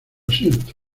siento